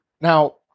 now